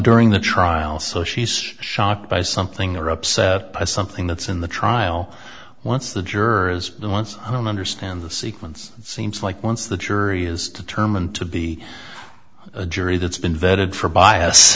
during the trial so she's shocked by something or upset by something that's in the trial once the jurors the ones i don't understand the sequence seems like once the jury is determined to be a jury that's been vetted for bias